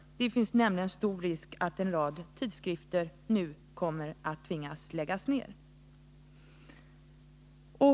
— Det finns nämligen stor risk för att en rad tidskrifter nu kommer att tvingas att läggas ner.